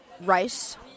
rice